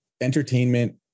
entertainment